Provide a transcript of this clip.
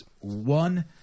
One